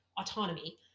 autonomy